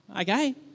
okay